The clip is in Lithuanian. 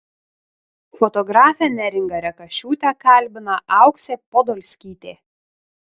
fotografę neringą rekašiūtę kalbina auksė podolskytė